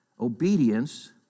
obedience